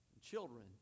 children